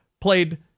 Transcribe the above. played